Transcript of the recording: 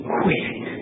quit